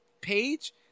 page